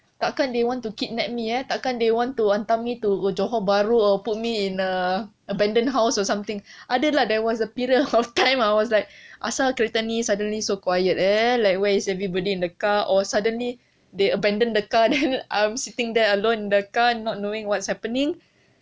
takkan they want to kidnap me takkan they want to hantar me to johor bahru or put me in a abandoned house or something ada lah there was a period of time I was like asal kereta ni macam suddenly so quiet eh like where is everybody in the car or suddenly they abandoned the car then I'm sitting there alone in the car not knowing what's happening